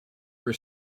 her